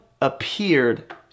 appeared